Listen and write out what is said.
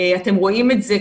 אתם רואים את זה,